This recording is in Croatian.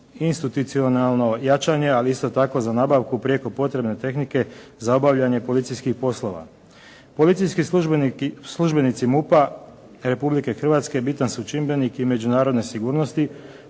institucionalno jačanje, ali isto tako za nabavku prijeko potrebne tehnike za obavljanje policijskih poslova. Policijski službenici MUP-a Republike Hrvatske bitan su čimbenik i međunarodne sigurnosti